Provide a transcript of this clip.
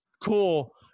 cool